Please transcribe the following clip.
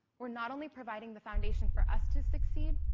we're not only providing the foundation for us to succeed,